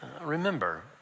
Remember